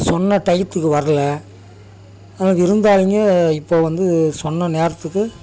சொன்ன டையத்துக்கு வரல ஆனால் விருந்தாளிங்க இப்போது வந்து சொன்ன நேரத்துக்கு